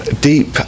deep